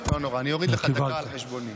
לא נורא, אני אוריד לך דקה על חשבוני.